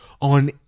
on